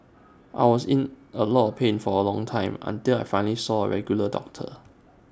I was in A lot of pain for A long time until I finally saw A regular doctor